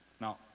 Now